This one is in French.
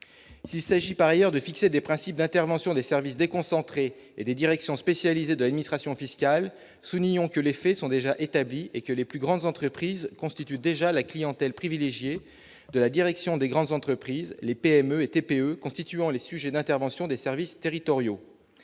s'il s'agit par ailleurs de fixer des principes d'interventions des services déconcentrés et des directions spécialisées d'administration fiscale, soulignant que les faits sont déjà établis et que les plus grandes entreprises constitue déjà la clientèle privilégiée de la Direction des grandes entreprises, les PME et TPE constituant les sujets d'intervention des services territoriaux